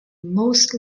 most